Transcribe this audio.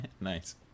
nice